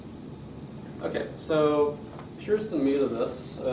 okay, so here is the meat of this,